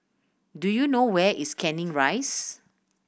do you know where is Canning Rise